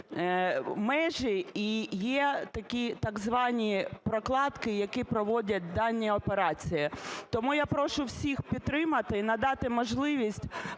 межі, і є такі так звані "прокладки", які проводять дані операції. Тому я прошу всіх підтримати і надати можливість